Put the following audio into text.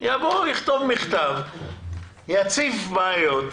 יכתוב מכתב, יציף בעיות,